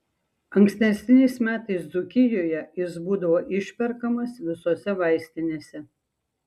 ankstesniais metais dzūkijoje jis būdavo išperkamas visose vaistinėse